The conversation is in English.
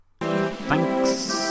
Thanks